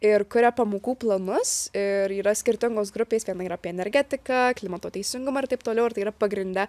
ir kuria pamokų planus ir yra skirtingos grupės viena ir apie energetiką klimato teisingumą ir taip toliau ir tai yra pagrinde